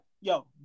yo